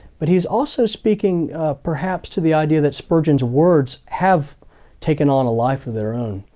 but he is also speaking perhaps to the idea that spurgeon's words have taken on a life of their own.